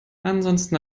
ansonsten